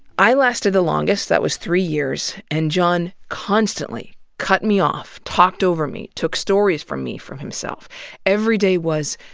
i lasted the longest that was three years and john constantly cut me off, talked over me, took stories from me for himself. every day was